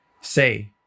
say